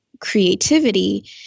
creativity